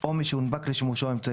או מי שהונפק לשימושו אמצעי